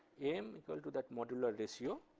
m equal to that modular ratio.